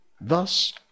Thus